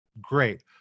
great